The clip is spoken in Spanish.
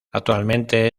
actualmente